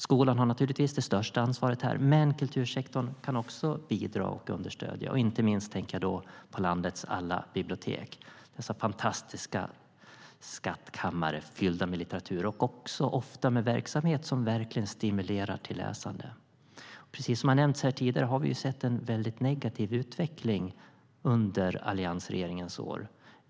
Skolan har naturligtvis det största ansvaret här, men kultursektorn kan också bidra och understödja. Inte minst tänker jag då på landets alla bibliotek - dessa fantastiska skattkammare fyllda med litteratur och ofta också med verksamhet som verkligen stimulerar till läsande. Precis som nämnts här tidigare har vi sett en väldigt negativ utveckling under alliansregeringens år.